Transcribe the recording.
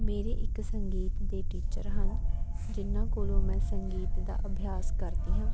ਮੇਰੇ ਇੱਕ ਸੰਗੀਤ ਦੇ ਟੀਚਰ ਹਨ ਜਿਨ੍ਹਾਂ ਕੋਲੋਂ ਮੈਂ ਸੰਗੀਤ ਦਾ ਅਭਿਆਸ ਕਰਦੀ ਹਾਂ